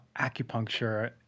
acupuncture